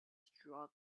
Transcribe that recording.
struck